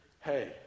Hey